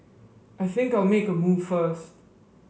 I think I'll make a move first